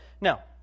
Now